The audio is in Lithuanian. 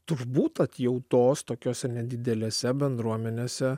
turbūt atjautos tokiose nedidelėse bendruomenėse